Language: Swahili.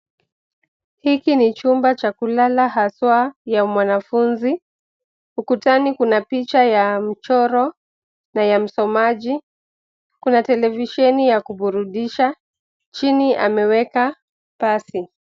Hiki ni chumba cha kulala haswa ya mwanafunzi, ukutani kuna picha ya mchoro na ya msomaji. Kuna televisheni ya kuburudisha, chini ameweka pasi.